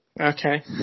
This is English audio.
Okay